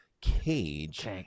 cage